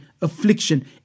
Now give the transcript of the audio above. affliction